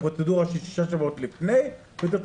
את הפרוצדורה של שישה שבועות לפני ותתחילו.